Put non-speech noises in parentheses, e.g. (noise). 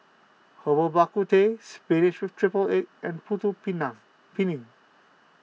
Herbal Bak Ku Teh Spinach with Triple Egg and Putu (unintelligible) Piring